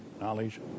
knowledge